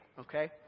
Okay